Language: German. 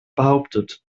behauptet